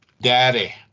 Daddy